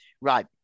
Right